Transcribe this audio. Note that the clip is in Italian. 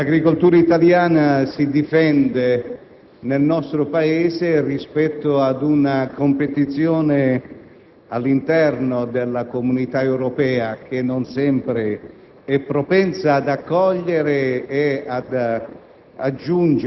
L'agricoltura italiana si difende, rispetto alla competizione all'interno della Comunità Europea che non sempre è propensa ad accogliere e a rispondere